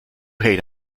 hate